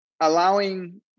allowing